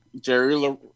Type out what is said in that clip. Jerry